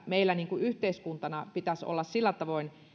meillä yhteiskuntana pitäisi olla sillä tavoin